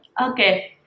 Okay